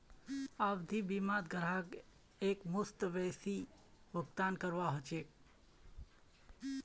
आवधिक बीमात ग्राहकक एकमुश्त बेसी भुगतान करवा ह छेक